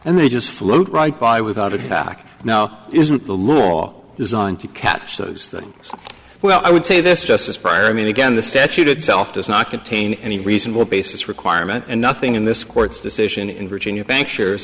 and they just float right by without attack now isn't the law designed to catch those things well i would say this just as prior i mean again the statute itself does not contain any reasonable basis requirement and nothing in this court's decision in virginia